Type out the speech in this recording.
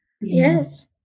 Yes